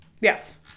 Yes